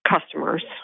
customers